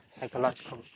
psychological